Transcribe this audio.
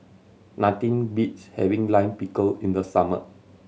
nothing beats having Lime Pickle in the summer